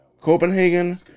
Copenhagen